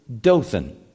Dothan